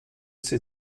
ces